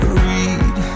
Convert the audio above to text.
read